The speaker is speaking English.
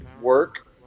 work